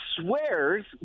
swears